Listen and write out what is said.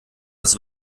das